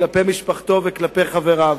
כלפי משפחתו וכלפי חבריו.